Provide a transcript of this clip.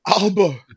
Alba